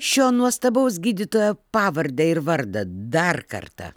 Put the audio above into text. šio nuostabaus gydytojo pavardę ir vardą dar kartą